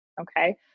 okay